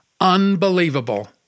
Unbelievable